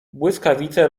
błyskawice